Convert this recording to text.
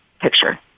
picture